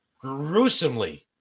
gruesomely